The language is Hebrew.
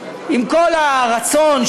עם כל הרצון,